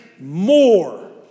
more